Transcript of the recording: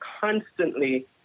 constantly